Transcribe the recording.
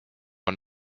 oli